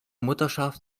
mutterschaft